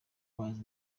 bazi